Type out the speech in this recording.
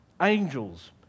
angels